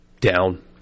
Down